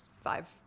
five